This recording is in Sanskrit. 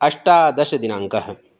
अष्टादशदिनाङ्कः